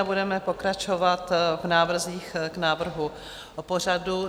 Budeme pokračovat v návrzích k návrhu pořadu.